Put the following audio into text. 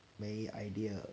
没 idea